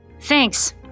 Thanks